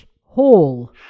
Hall